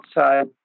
outside